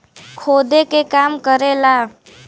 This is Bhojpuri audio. खोदे के काम करेला